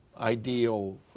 ideal